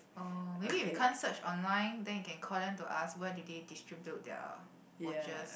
orh maybe we can't search online then you can call them to ask where do they distribute their watches